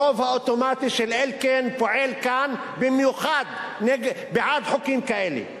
הרוב האוטומטי של אלקין פועל כאן במיוחד בעד חוקים כאלה.